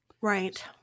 Right